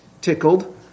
tickled